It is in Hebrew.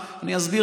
אני אסביר